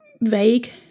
vague